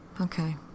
Okay